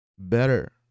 Better